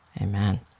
Amen